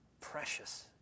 precious